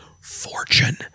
fortune